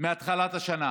מתחילת השנה.